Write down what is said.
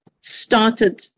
started